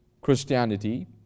Christianity